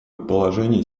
положение